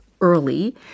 early